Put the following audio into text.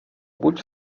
buď